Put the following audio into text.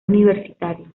universitario